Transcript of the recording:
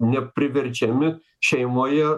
ne priverčiami šeimoje